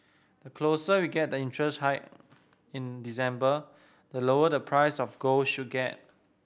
the closer we get to the interest hike in December the lower the price of gold should get